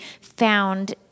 found